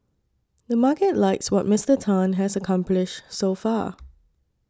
the market likes what Mister Tan has accomplished so far